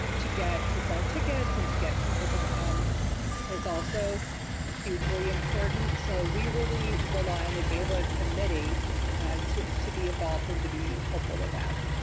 to get to sell tickets and to get people to come is also hugely important. so we really rely on the gala committee to to be involved and to be helpful with that.